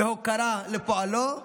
והוקרה על פועלו,